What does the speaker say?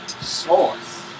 sauce